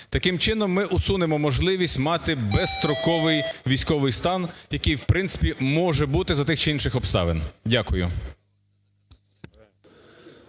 Таким чином, ми усунемо можливість мати безстроковий військовий стан, який в принципі може бути за тих чи інших обставин. Дякую.